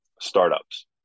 startups